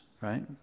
right